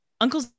Uncle